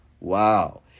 Wow